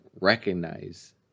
recognize